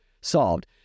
solved